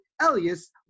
Elias